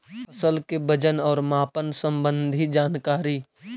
फसल के वजन और मापन संबंधी जनकारी?